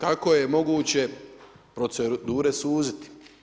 Kako je moguće procedure suziti?